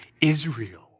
Israel